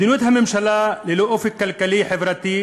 מדיניות הממשלה ללא אופק כלכלי-חברתי,